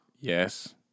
Yes